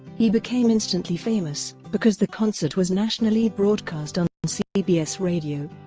he became instantly famous, because the concert was nationally broadcast on and cbs radio,